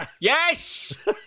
Yes